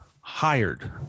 hired